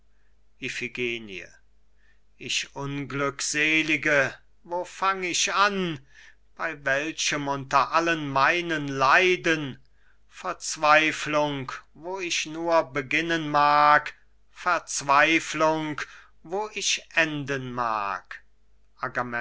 ich unglückselige wo fang ich an bei welchem unter allen meinen leiden verzweiflung wo ich nur beginnen mag verzweiflung wo ich enden mag